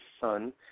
son